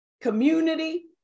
Community